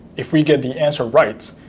if we get the answer right,